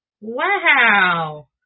Wow